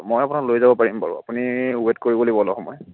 মই আপোনাক লৈ যাব পাৰিম বাৰু আপুনি ওৱেট কৰিব লাগিব অলপ সময়